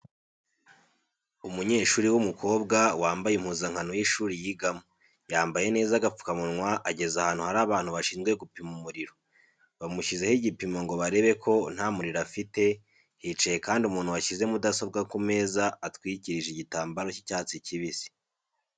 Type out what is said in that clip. Umunyeshuri w'umukobwa wambaye impuzankano y'ishuri yigamo, yambaye neza agapfukamunwa ageze ahantu hari abantu bashinzwe gupima umuriro, bamushyizeho igipimo ngo barebe ko nta muriro afite, hicaye kandi umuntu washyize mudasobwa ku meza atwikirije igitambaro cy'icyatsi kibisi.